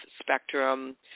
spectrum